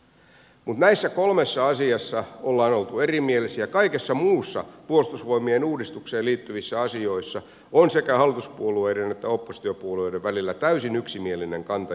mutta näissä kolmessa asiassa on oltu erimielisiä kaikessa muissa puolustusvoimien uudistukseen liittyvissä asioissa on sekä hallituspuolueiden että oppositiopuolueiden välillä täysin yksimielinen kanta ja näkemys